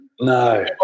no